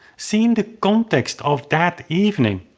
seen the context of that evening.